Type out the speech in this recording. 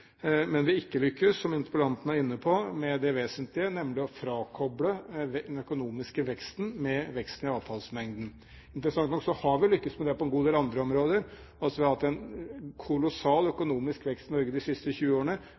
men vi har ikke lyktes, som interpellanten er inne på, med det vesentlige, nemlig å frakoble den økonomiske veksten fra veksten i avfallsmengden. Interessant nok har vi lyktes med det på en god del andre områder. Vi har hatt en kolossal økonomisk vekst i Norge de siste 20 årene,